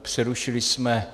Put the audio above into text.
Přerušili jsme...